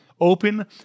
open